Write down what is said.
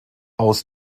aus